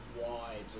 wide